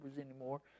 anymore